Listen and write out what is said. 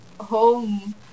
home